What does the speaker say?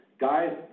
guys